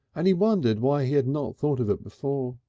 and he wondered why he had not thought of it before.